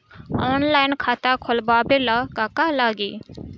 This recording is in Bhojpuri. ऑनलाइन खाता खोलबाबे ला का का लागि?